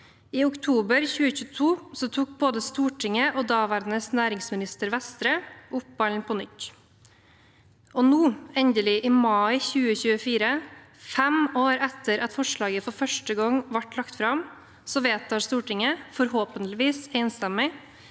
I oktober 2022 tok både Stortinget og daværende næringsminister, Vestre, opp ballen på nytt. Og nå endelig, i mai 2024, fem år etter at forslaget for første gang ble lagt fram, vedtar Stortinget, forhåpentligvis enstemmig,